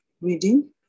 reading